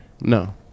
No